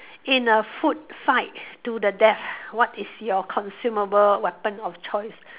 in a food fight to the death what is your consumable weapon of choice